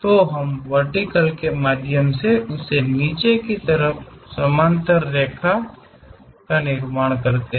तो हम वर्टिकल के माध्यम से उस नीचे की तरफ समानांतर एक रेखा का निर्माण करते हैं